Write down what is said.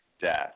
death